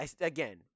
Again